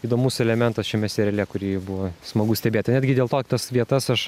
įdomus elementas šiame seriale kurį buvo smagu stebėti netgi dėl to tas vietas aš